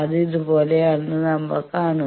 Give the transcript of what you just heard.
അത് ഇതുപോലെയാകുന്നത് നമ്മൾ കാണും